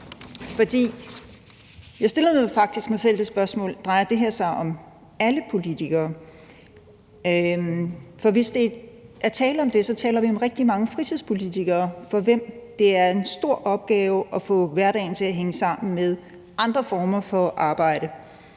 Jeg stillede faktisk mig selv spørgsmålet: Drejer det her sig om alle politikere? For hvis der er tale om det, taler vi om rigtig mange fritidspolitikere, for hvem det er en stor opgave at få hverdagen til at hænge sammen med andre former for arbejde.